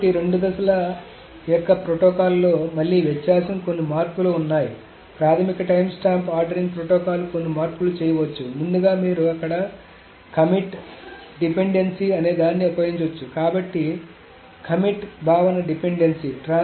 కాబట్టి రెండు దశల యొక్క ప్రోటోకాల్ లో మళ్లీ వ్యత్యాసం కొన్ని మార్పులు ఉన్నాయి ప్రాథమిక టైమ్స్టాంప్ ఆర్డరింగ్ ప్రోటోకాల్కు కొన్ని మార్పులు చేయవచ్చు ముందుగా మీరు అక్కడ కమిట్ డిపెండెన్సీ అనేదాన్ని ఉపయోగించవచ్చు కమిట్ భావన డిపెండెన్సీ